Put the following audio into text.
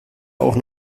auch